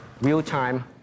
real-time